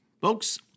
Folks